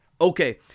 Okay